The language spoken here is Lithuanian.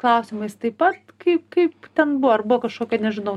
klausimais taip pat kaip kaip ten buvo ar buvo kažkokio nežinau